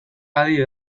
adi